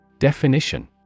Definition